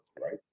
right